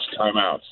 timeouts